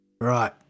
Right